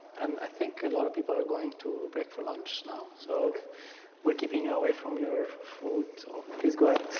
and i think a lot of people are going to break for lunch now, so we're keeping you away from your food, so please go ahead.